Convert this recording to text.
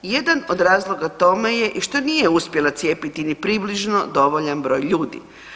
Jedan od razloga tome je i što nije uspjela cijepiti ni približno dovoljan broj ljudi.